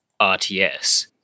RTS